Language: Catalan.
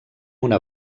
una